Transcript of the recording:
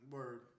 Word